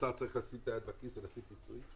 האוצר צריך לשים את היד בכיס ולתת פיצוי,